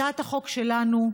הצעת החוק שלנו,